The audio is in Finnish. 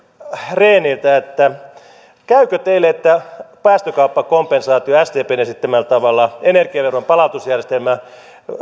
rehniltä käykö teille että päästökauppakompensaatio sdpn esittämällä tavalla energiaveron palautusjärjestelmä